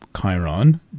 Chiron